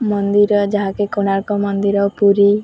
ମନ୍ଦିର ଯାହାକି କୋଣାର୍କ ମନ୍ଦିର ପୁରୀ